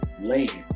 land